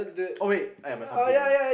oh wait !aiya! ya my computer